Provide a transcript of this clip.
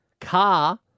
car